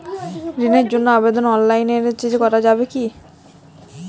ঋণের জন্য আবেদন অনলাইনে করা যাবে কি?